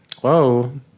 Whoa